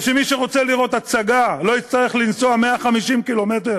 כדי שמי שרוצה לראות הצגה לא יצטרך לנסוע 150 קילומטר,